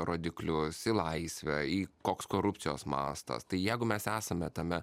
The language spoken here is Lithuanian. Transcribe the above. rodiklius į laisvę į koks korupcijos mastas tai jeigu mes esame tame